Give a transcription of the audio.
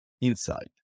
inside